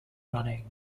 running